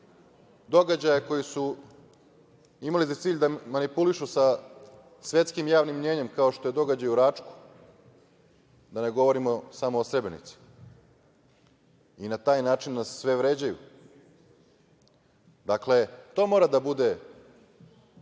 događaje koji su imali za cilj da manipulišu svetskim javnim mnjenjem, kao što je događaj u Račku, da ne govorimo samo o Srebrenici. Na taj način nas sve vređaju. Dakle, to mora da bude